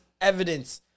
evidence